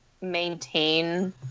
maintain